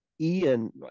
ian